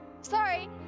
Sorry